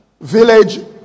village